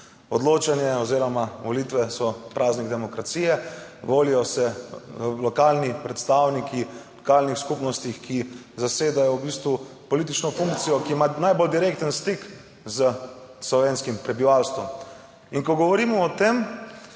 Odločanje oziroma volitve so praznik demokracije, volijo se lokalni predstavniki lokalnih skupnosti, ki zasedajo v bistvu politično funkcijo, ki ima najbolj direkten stik s slovenskim prebivalstvom. Ko govorimo o tem,